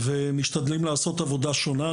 אנחנו משתדלים לעשות עבודה שונה.